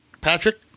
Patrick